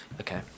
Okay